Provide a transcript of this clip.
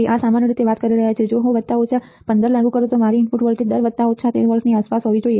આ આપણે સામાન્ય રીતે વાત કરી રહ્યા છીએ જો હું વત્તા ઓછા 15 લાગુ કરું તો મારી ઇનપુટ વોલ્ટેજ દર વત્તા ઓછા 13 વોલ્ટની આસપાસ હોવી જોઈએ